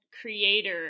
Creator